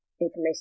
information